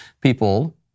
people